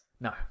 No